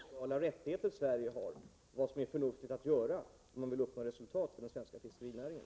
Herr talman! Man får skilja på vilka legala rättigheter Sverige har och vad som är förnuftigt att göra om man vill uppnå resultat för den svenska fiskerinäringen.